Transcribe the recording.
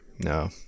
No